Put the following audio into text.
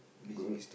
good